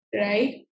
right